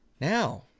Now